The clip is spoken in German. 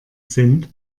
sind